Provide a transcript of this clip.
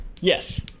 Yes